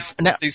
now